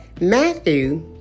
Matthew